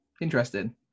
Interesting